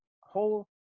whole